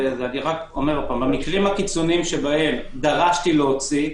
במקרים הקיצוניים שבהם דרשתי להוציא,